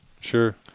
Sure